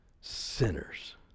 sinners